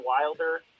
Wilder